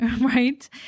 right